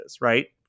right